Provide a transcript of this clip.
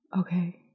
Okay